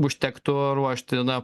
užtektų ruošti na